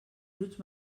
bruts